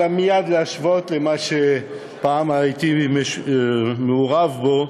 אלא מייד להשוות למה שפעם הייתי מעורב בו,